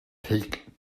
take